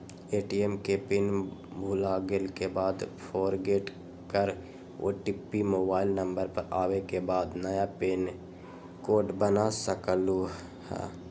ATM के pin भुलागेल के बाद फोरगेट कर ओ.टी.पी मोबाइल नंबर पर आवे के बाद नया पिन कोड बना सकलहु ह?